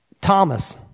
Thomas